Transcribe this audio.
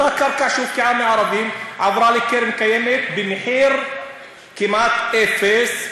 אותה קרקע שהופקעה מערבים עברה לקרן קיימת במחיר של כמעט אפס,